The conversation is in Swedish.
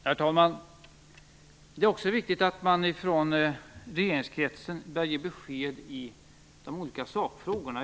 Herr talman! Det är också viktigt att man från regeringskretsen börjar ge besked i de olika sakfrågorna.